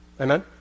amen